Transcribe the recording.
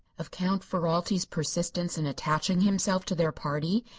of count ferralti's persistence in attaching himself to their party,